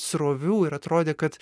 srovių ir atrodė kad